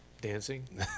Dancing